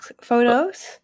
photos